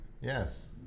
Yes